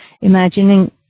imagining